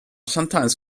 sometimes